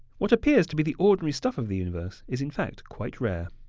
what appears to be the ordinary stuff of the universe is, in fact, quite rare.